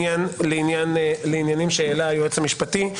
תשובתי לעניינים שהעלה היועץ המשפטי.